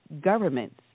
governments